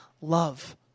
love